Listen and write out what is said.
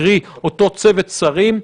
קרי אותו צוות שרים,